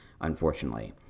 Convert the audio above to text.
unfortunately